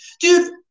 Dude